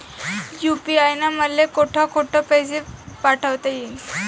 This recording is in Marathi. यू.पी.आय न मले कोठ कोठ पैसे पाठवता येईन?